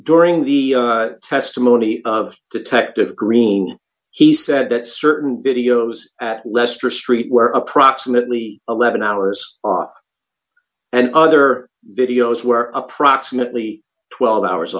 during the testimony of detective green he said that certain videos at lester street where approximately eleven hours and other videos were approximately twelve hours